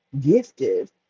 gifted